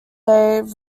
they